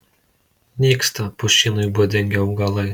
nyksta pušynui būdingi augalai